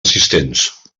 assistents